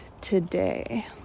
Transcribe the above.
today